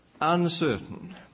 uncertain